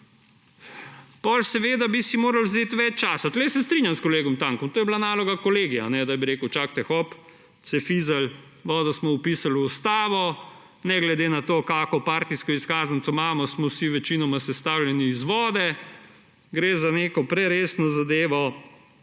potem seveda bi si morali vzeti več časa. Tukaj se strinjam s kolegom Tankom, to je bila naloga kolegija, da bi rekel, čakajte, hop cefizelj, vodo smo vpisali v ustavo, ne glede na to, kakšno partijsko izkaznico imamo, smo vsi večinoma sestavljeni iz vode. Gre za neko preresno zadevo,